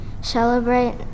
celebrate